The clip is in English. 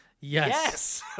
Yes